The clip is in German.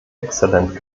exzellent